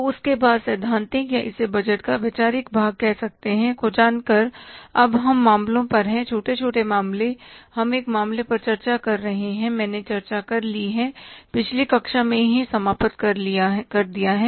तो उसके बाद सैद्धांतिक या इसे बजट का वैचारिक भाग कह सकते हैं को जानकर अब हम मामलों पर हैं छोटे छोटे मामले हम एक मामले पर चर्चा कर रहे हैं मैंने चर्चा कर ली है पिछली कक्षा में ही समाप्त कर दिया है